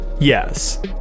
Yes